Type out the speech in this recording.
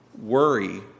Worry